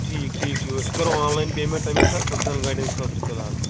ٹھیٖک ٹھیٖک چھُ أسۍ کَرو آن لایِن پیمٮ۪نٛٹ تَمے ساتہٕ پٕنژٕہَن گاڑٮ۪ن ہٕنٛدِ خٲطرٕ فِلحال